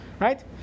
right